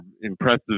impressive